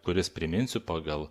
kuris priminsiu pagal